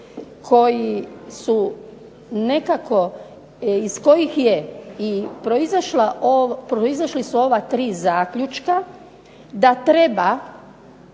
koji su nekako iz kojih je i proizašli su ova tri zaključka da treba